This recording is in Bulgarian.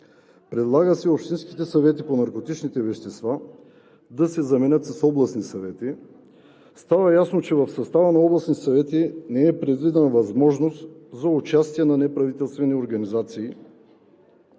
Предлага се общинските съвети по наркотични вещества да се заменят с областни съвети. Става ясно, че в състава на областните съвети не е предвидена възможност за участие на неправителствени организации.